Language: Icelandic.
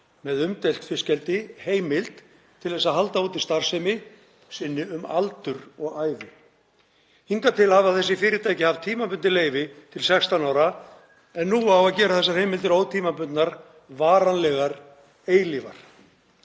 með umdeilt fiskeldi, heimild til að halda úti starfsemi sinni um aldur og ævi. Hingað til hafa þessi fyrirtæki haft tímabundið leyfi til 16 ára en nú á að gera þessar heimildir ótímabundnar, varanlegar, eilífar.